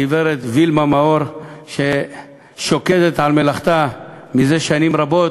הגברת וילמה מאור, ששוקדת על מלאכתה זה שנים רבות,